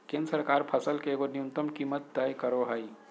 केंद्र सरकार फसल के एगो न्यूनतम कीमत तय करो हइ